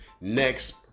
next